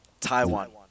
Taiwan